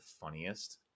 funniest